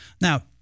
Now